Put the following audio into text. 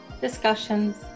discussions